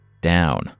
down